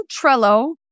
Trello